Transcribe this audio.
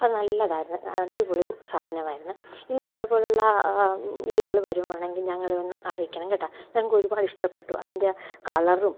അത് നല്ലതായിരുന്നു അടിപൊളി കു സാധനം ആയിരുന്നു ഇനി അതേപോലെ ഉള്ള ഇത്കള് വരുവാണെങ്കില് ഞങ്ങളെ ഒന്ന് അറിയിക്കണം കേട്ടോ ഞങ്ങൾക്ക് ഒരുപാട് ഇഷ്ടപെട്ടു അതിന്റെ കളറും